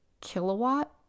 kilowatt